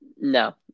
No